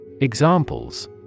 Examples